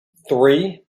three